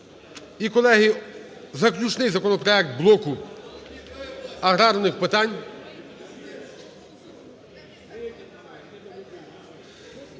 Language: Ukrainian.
І, колеги, заключний законопроект блоку аграрних питань,